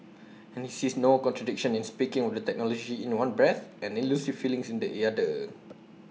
and he sees no contradiction in speaking of technology in one breath and elusive feelings in the other